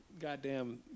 goddamn